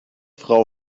frau